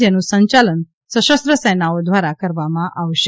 જેનું સંચાલન સશસ્ત્ર સેનાઓ દ્વારા કરવામાં આવશે